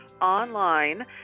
online